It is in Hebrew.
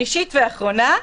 שלישית ואחרונה.